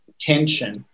tension